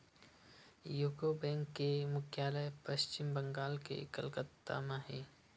UCO bank के मुख्यालय पस्चिम बंगाल के कलकत्ता म हे